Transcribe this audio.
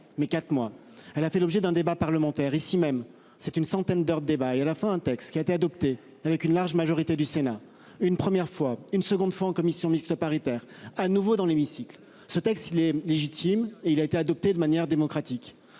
mais 4 mois elle a fait l'objet d'un débat parlementaire, ici même, c'est une centaine d'heures de débat et à la fin, un texte qui a été adopté avec une large majorité du Sénat une première fois, une seconde fois en commission mixte paritaire à nouveau dans l'hémicycle ce texte il est légitime et il a été adopté de manière démocratique.